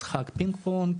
משחק פינג פונג.